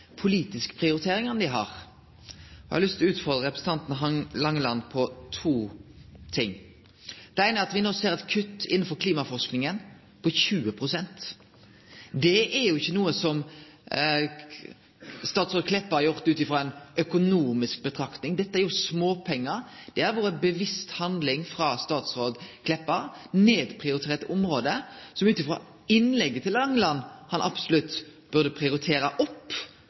politiske prioriteringane dei har. Eg har lyst til å utfordre representanten Langeland på to ting. Det eine er at me no ser eit kutt på 20 pst. innanfor klimaforskinga. Det er jo ikkje noko som statsråd Meltveit Kleppa har gjort ut frå ei økonomisk betraktning. Dette er jo småpengar. Det har vore ei bevisst handling frå statsråd Meltveit Kleppa. Det er eit nedprioritert område som Langeland, sett ut frå innlegget sitt, absolutt burde prioritere opp,